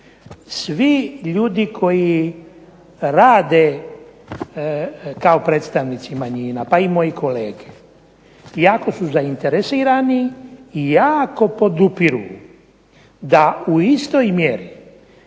Svi ljudi koji rade kao predstavnici manjina pa i moji kolege, jako su zainteresirani i jako podupiru da u istoj mjeri